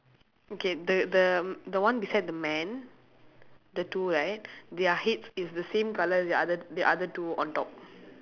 okay the the the one beside the man the two right their heads is the same colour as the other the other two on top